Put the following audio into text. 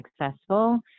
successful